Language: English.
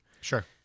sure